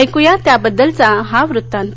ऐकूया त्याबद्दलचा हा वृत्तांत